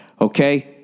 okay